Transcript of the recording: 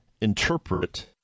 interpret